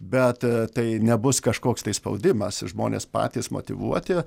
bet tai nebus kažkoks tai spaudimas žmonės patys motyvuoti